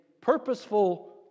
purposeful